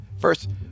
first